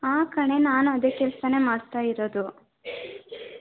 ಹಾಂ ಕಣೇ ನಾನು ಅದೇ ಕೆಲಸಾನೇ ಮಾಡ್ತಾ ಇರೋದು